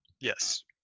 Yes